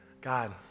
God